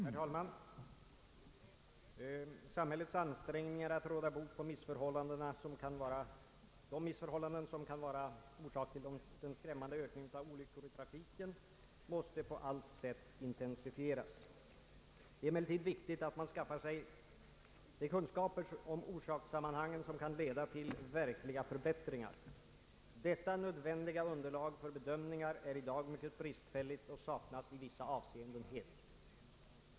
Herr talman! Samhällets ansträngningar att råda bot på missförhållanden som kan vara orsak till den skrämmande ökningen av antalet olyckor i trafiken måste på allt sätt intensifieras. Det är emellertid viktigt att man då skaffar sig de kunskaper om orsakssammanhangen som kan leda till verkliga förbättringar. Detta nödvändiga underlag för bedömningar är i dag mycket bristfälligt och saknas i vissa avseenden helt.